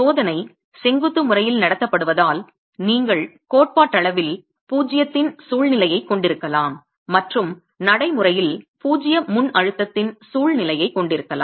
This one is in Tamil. சோதனை செங்குத்து முறையில் நடத்தப்படுவதால் நீங்கள் கோட்பாட்டளவில் பூஜ்ஜியத்தின் சூழ்நிலையைக் கொண்டிருக்கலாம் மற்றும் நடைமுறையில் பூஜ்ஜிய முன்அழுத்தத்தின் சூழ்நிலையைக் கொண்டிருக்கலாம்